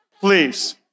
please